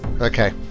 Okay